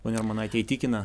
ponia armonaite įtikina